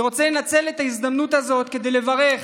אני רוצה לנצל את ההזדמנות הזאת כדי לברך